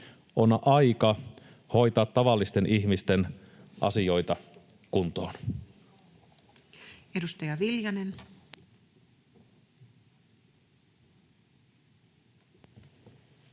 On aika hoitaa tavallisten ihmisten asioita kuntoon.